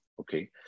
okay